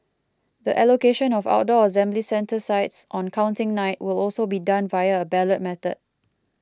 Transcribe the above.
the allocation of outdoor assembly centre sites on Counting Night will also be done via a ballot method